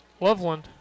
Loveland